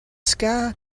sky